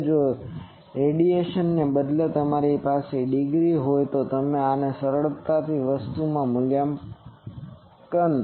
હવે જો રેડિયનને બદલે તમારી પાસે ડિગ્રી હોય તો આ તમે સરળતાથી તે વસ્તુને રૂપાંતરિત કરી શકો છો